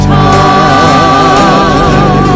time